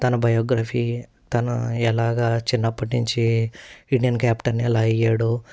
తన బయోగ్రఫీ తను ఎలాగా చిన్నప్పటి నుంచి ఇండియన్ క్యాప్టెన్ ఎలా అయ్యాడో